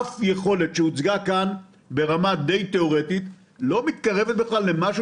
אף יכולת שהוצגה כאן לא מתקרבת בכלל למשהו